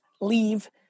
leave